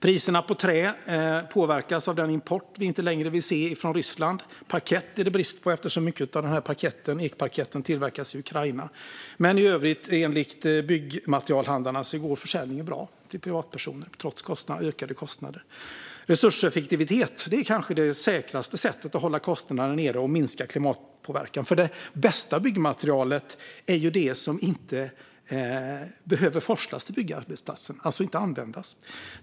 Priserna på trä påverkas av den import vi inte längre vill se från Ryssland. Parkett är det brist på eftersom mycket av ekparketten tillverkas i Ukraina. Men i övrigt går försäljningen till privatpersoner bra, enligt Byggmaterialhandlarna, trots ökade kostnader. Resurseffektivitet är kanske det säkraste sättet att hålla kostnaderna nere och minska klimatpåverkan. Det bästa byggmaterialet är ju det som inte behöver forslas till byggarbetsplatsen, alltså det som inte behöver användas.